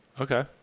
Okay